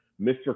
Mr